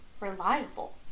reliable